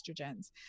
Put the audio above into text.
estrogens